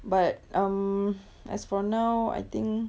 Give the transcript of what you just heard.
but um as for now I think